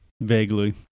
Vaguely